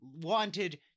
wanted